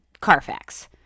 Carfax